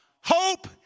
hope